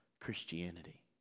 Christianity